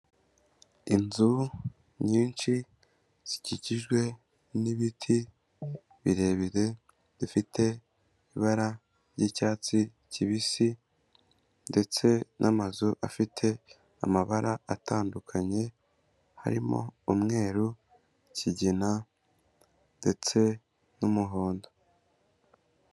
Inzu nyinshi zikikijwe n'ibiti birebire, bifite ibara ry'icyatsi kibisi ndetse n'amazu afite amabara atandukanye harimo umweru, ikigina ndetse n'umuhondo.